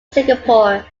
singapore